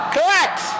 Correct